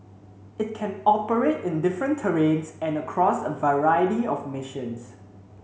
it can operate in different terrains and across a variety of missions